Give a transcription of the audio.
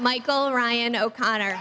michael ryan o'connor